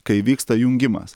kai vyksta jungimas